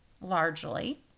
largely